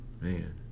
Man